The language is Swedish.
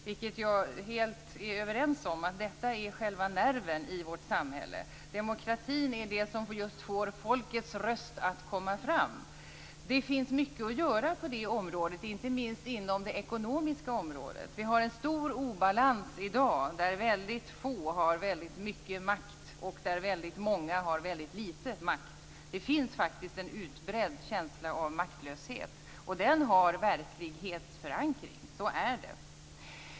Jag är helt överens med honom om att detta är själva nerven i vårt samhälle. Demokratin är det som får folkets röst att komma fram. Det finns mycket att göra på det området, inte minst inom ekonomin. Vi har en stor obalans i dag, där mycket få har väldigt mycket makt och där väldigt många har mycket lite makt. Det finns faktiskt en utbredd känsla av maktlöshet. Den har verklighetsförankring. Så är det.